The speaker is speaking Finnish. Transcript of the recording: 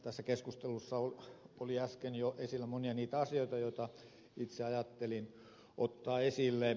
tässä keskustelussa oli äsken jo esillä monia niitä asioita joita itse ajattelin ottaa esille